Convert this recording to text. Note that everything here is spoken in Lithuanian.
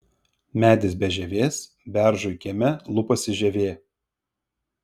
medis be žievės beržui kieme lupasi žievė